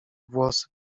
włosy